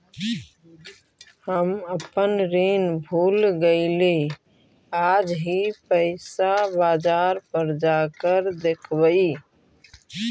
हम अपन ऋण भूल गईली आज ही पैसा बाजार पर जाकर देखवई